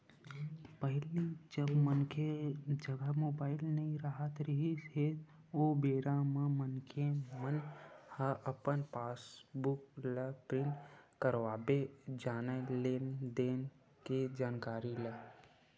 पहिली जब मनखे जघा मुबाइल नइ राहत रिहिस हे ओ बेरा म मनखे मन ह अपन पास बुक ल प्रिंट करवाबे जानय लेन देन के जानकारी ला